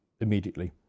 immediately